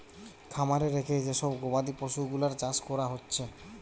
খামারে রেখে যে সব গবাদি পশুগুলার চাষ কোরা হচ্ছে